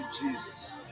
Jesus